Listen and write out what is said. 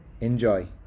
enjoy